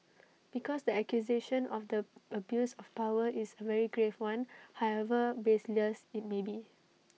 because the accusation of the abuse of power is A very grave one however baseless IT may be